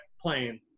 playing